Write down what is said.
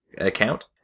account